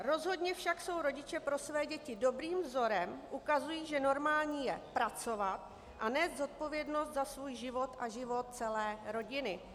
Rozhodně však jsou rodiče pro své děti dobrým vzorem, ukazují, že normální je pracovat a nést zodpovědnost za svůj život a život celé rodiny.